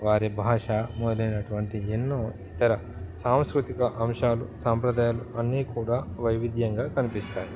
వారి భాష మొదలైనటువంటి ఎన్నో ఇతర సాంస్కృతిక అంశాలు సాంప్రదాయాలు అన్నీ కూడా వైవిధ్యంగా కనిపిస్తాయి